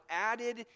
added